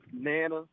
nana